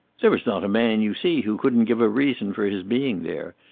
there is not a man you see who couldn't give a reason for his being there.